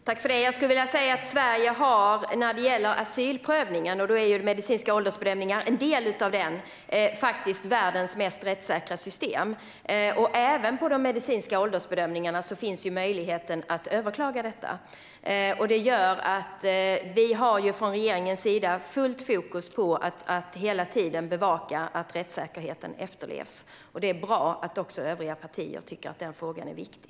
Herr talman! När det gäller asylprövningen, som de medicinska åldersbedömningarna är en del av, skulle jag vilja säga att Sverige har världens mest rättssäkra system. Det finns också möjlighet att överklaga även de medicinska åldersbedömningarna. Från regeringens sida har vi fullt fokus på att hela tiden bevaka att rättssäkerheten efterlevs. Det är bra att även övriga partier tycker att den frågan är viktig.